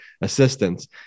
assistance